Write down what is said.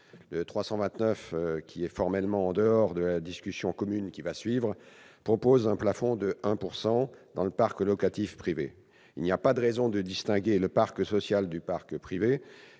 lequel est formellement en dehors de la discussion commune qui va suivre, vise à proposer un plafond de 1 % dans le parc locatif privé. Il n'y a pas de raison de distinguer le parc social du parc privé.